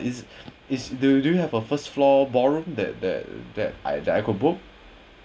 it's it's do do you have a first floor ballroom that that that I that I could book